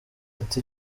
ati